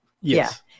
yes